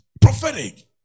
Prophetic